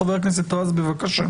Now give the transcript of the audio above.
חבר הכנסת רז, בבקשה.